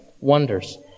wonders